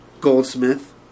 Goldsmith